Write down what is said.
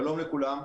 שלום לכולם.